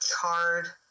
charred